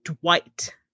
Dwight